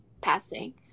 passing